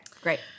great